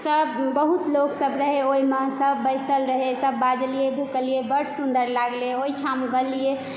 सभ बहुत लोकसभ रहै ओहिमे सभ बैसल रहै सभ बाजलियै भूकलियै बड सुंदर लागलै ओहिठाम गेलियै